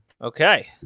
Okay